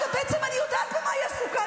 בעצם אני יודעת במה היא עסוקה,